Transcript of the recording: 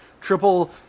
Triple